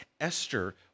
Esther